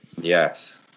yes